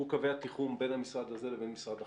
הוא קווי התיחום בין המשרד הזה לבין משרד החוץ.